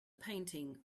painting